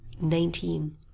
nineteen